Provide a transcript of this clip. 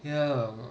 ya uh